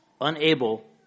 unable